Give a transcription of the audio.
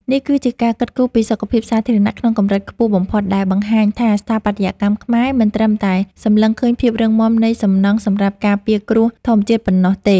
នេះគឺជាការគិតគូរពីសុខភាពសាធារណៈក្នុងកម្រិតខ្ពស់បំផុត ដែលបង្ហាញថាស្ថាបត្យកម្មខ្មែរមិនត្រឹមតែសម្លឹងឃើញភាពរឹងមាំនៃសំណង់សម្រាប់ការពារគ្រោះធម្មជាតិប៉ុណ្ណោះទេ។